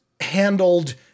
handled